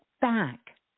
back